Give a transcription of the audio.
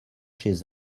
chez